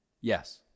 yes